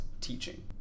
teaching